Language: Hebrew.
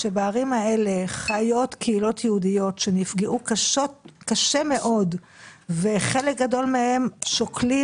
שבערים האלה חיות קהילות יהודיות שנפגעו קשה מאוד וחלק מהם שוקלים